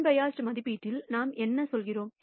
unbiased மதிப்பீட்டில் நாம் என்ன சொல்கிறோம்